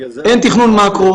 אין תכנון מקרו,